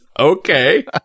Okay